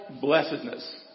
blessedness